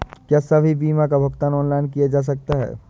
क्या सभी बीमा का भुगतान ऑनलाइन किया जा सकता है?